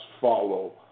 follow